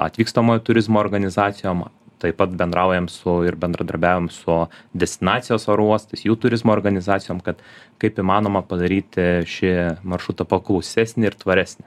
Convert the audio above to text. atvykstamojo turizmo organizacijom taip pat bendraujam su ir bendradarbiaujam su destinacijos oro uostais jų turizmo organizacijom kad kaip įmanoma padaryti šį maršrutą paklausesnį ir tvaresnį